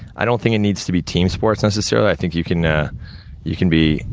i don't think it needs to be team sports, necessarily, i think you can ah you can be